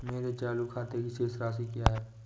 मेरे चालू खाते की शेष राशि क्या है?